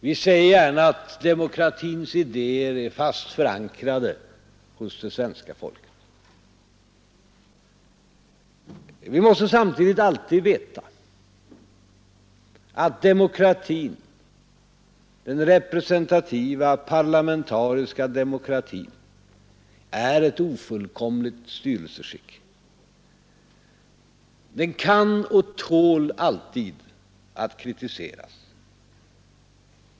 Vi säger gärna att demokratins idéer är fast förankrade hos det svenska folket Vi måste samtidigt veta att den representativa parlamentariska demokratin är ett ofullkomligt styrelseskick. Den kan och tål alltid att kritiseras.